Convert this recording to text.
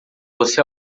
você